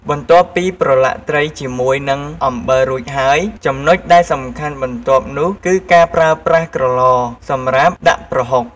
បន្ទាប់ពីប្រឡាក់ត្រីជាមួយនឹងអំបិលរួចហើយ ចំណុចដែលសំខាន់បន្ទាប់នោះគឺការប្រើប្រាស់ក្រឡសម្រាប់ដាក់ប្រហុក។